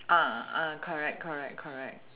uh uh correct correct correct